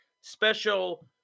special